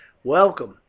welcome!